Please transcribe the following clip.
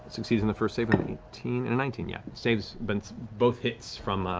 succeeds on the first save with an eighteen and a nineteen, yeah. saves but both hits from